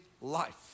life